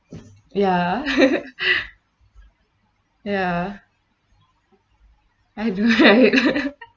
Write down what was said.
ya ya I do right